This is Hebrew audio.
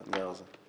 את הנייר הזה.